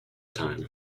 time